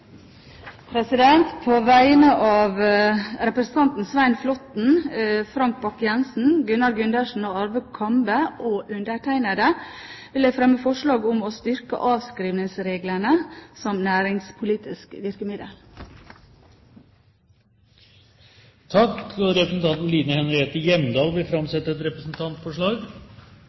På vegne av representantene Svein Flåtten, Frank Bakke Jensen, Gunnar Gundersen, Arve Kambe og undertegnede vil jeg fremme forslag om å styrke avskrivningsreglene som næringspolitisk virkemiddel. Representanten Line Henriette Hjemdal vil framsette et representantforslag. På vegne av representanten Laila Dåvøy og undertegnede fremmer jeg et representantforslag